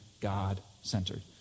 God-centered